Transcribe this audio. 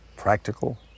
Practical